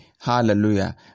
Hallelujah